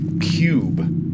cube